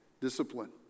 discipline